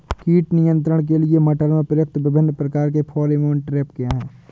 कीट नियंत्रण के लिए मटर में प्रयुक्त विभिन्न प्रकार के फेरोमोन ट्रैप क्या है?